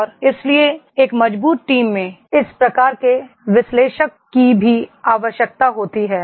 और इसलिए एक मजबूत टीम में इस प्रकार के विश्लेषक की भी आवश्यकता होती है